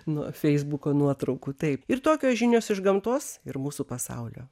nuo feisbuko nuotraukų taip ir tokios žinios iš gamtos ir mūsų pasaulio